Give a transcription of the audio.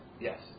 Yes